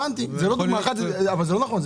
אבל זה לא נכון,